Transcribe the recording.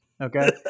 okay